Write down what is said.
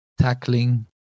tackling